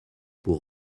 pour